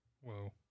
Whoa